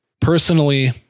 Personally